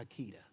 Akita